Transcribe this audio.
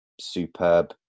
superb